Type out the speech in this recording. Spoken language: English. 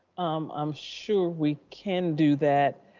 i'm sure we can do that.